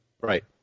Right